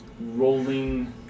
rolling